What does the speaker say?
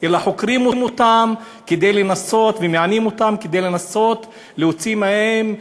אלא חוקרים אותם ומענים אותם כדי לנסות להוציא מהם דברים,